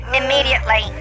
immediately